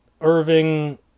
Irving